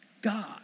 God